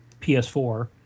PS4